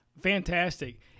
Fantastic